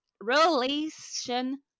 Relation